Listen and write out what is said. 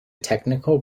technical